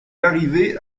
larrivé